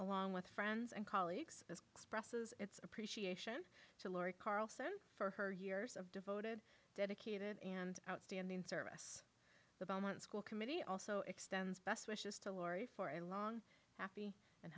along with friends and colleagues expresses its appreciation to laura carlson for her years of devoted dedicated and outstanding service the belmont school committee also extends best wishes to lori for a long happy